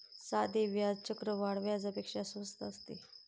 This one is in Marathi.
साधे व्याज चक्रवाढ व्याजापेक्षा स्वस्त असते